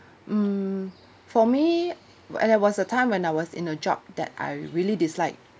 mm for me there was a time when I was in a job that I really dislike